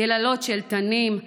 יללות של תנים,